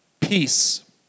peace